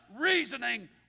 reasoning